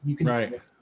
Right